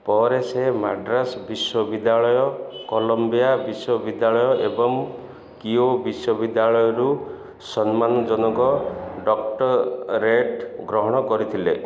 ପରେ ସେ ମାଡ୍ରାସ ବିଶ୍ୱବିଦ୍ୟାଳୟ କଲମ୍ବିଆ ବିଶ୍ୱବିଦ୍ୟାଳୟ ଏବଂ କିଓ ବିଶ୍ୱବିଦ୍ୟାଳୟରୁ ସମ୍ମାନଜନକ ଡ଼କ୍ଟରେଟ୍ ଗ୍ରହଣ କରିଥିଲେ